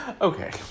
okay